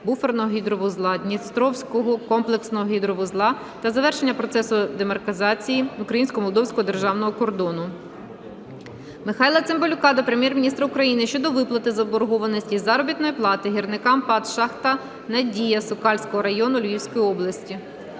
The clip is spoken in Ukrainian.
буферного гідровузла Дністровського комплексного гідровузла та завершення процесу демаркації українсько-молдовського державного кордону. Михайла Цимбалюка до Прем'єр-міністра України щодо виплати заборгованості із заробітної плати гірникам ПАТ "Шахта "Надія" Сокальського району Львівської області.